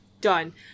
Done